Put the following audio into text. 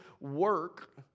work